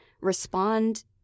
respond